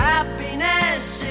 Happiness